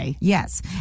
Yes